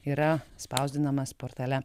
yra spausdinamas portale